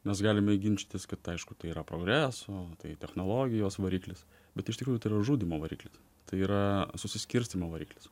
mes galime ginčytis kad aišku tai yra progreso tai technologijos variklis bet iš tikrųjų tai yra žudymo variklis tai yra susiskirstymo variklis